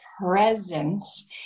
presence